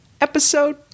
episode